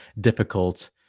difficult